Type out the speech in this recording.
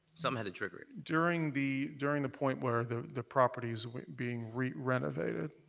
so um had to trigger it. during the during the point where the the property was being renovated,